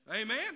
Amen